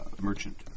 merchant